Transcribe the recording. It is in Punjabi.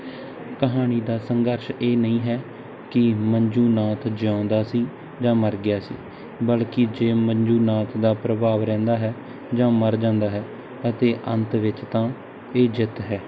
ਕਹਾਣੀ ਦਾ ਸੰਘਰਸ਼ ਇਹ ਨਹੀਂ ਹੈ ਕਿ ਮੰਜੂਨਾਥ ਜਿਉਂਦਾ ਸੀ ਜਾਂ ਮਰ ਗਿਆ ਸੀ ਬਲਕਿ ਜੇ ਮੰਜੂਨਾਥ ਦਾ ਪ੍ਰਭਾਵ ਰਹਿੰਦਾ ਹੈ ਜਾਂ ਮਰ ਜਾਂਦਾ ਹੈ ਅਤੇ ਅੰਤ ਵਿੱਚ ਤਾਂ ਇਹ ਜਿੱਤ ਹੈ